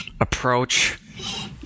approach